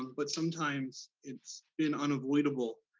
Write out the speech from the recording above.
um but sometimes it's been unavoidable,